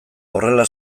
horrela